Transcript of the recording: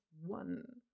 one